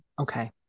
Okay